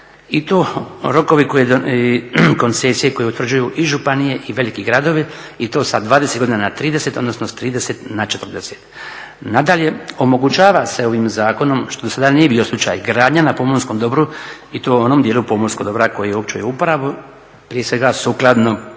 i to rokovi koncesije koju utvrđuju i županije i veliki gradovi i to sa 20 godina na 30 odnosno s 30 na 40. Nadalje, omogućava se ovim zakonom, što do sada nije bio slučaj, gradnja na pomorskom dobru i to u onom dijelu pomorskog dobra koji je u općoj upravi prije svega sukladno